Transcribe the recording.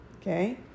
Okay